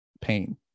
pain